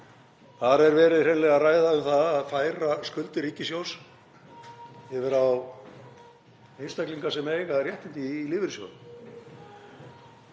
Þar er verið hreinlega að ræða um það að færa skuldir ríkissjóðs yfir á einstaklinga sem eiga réttindi í lífeyrissjóðum.